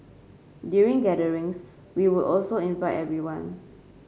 during gatherings we would also invite everyone